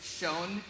shown